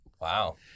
Wow